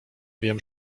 wiem